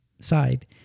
side